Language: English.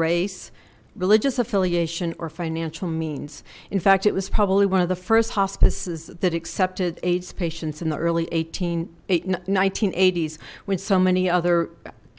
race religious affiliation or financial means in fact it was probably one of the first hospices that accepted aids patients in the early eighteen eight nineteen s when so many other